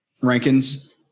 Rankin's